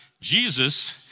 Jesus